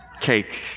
cake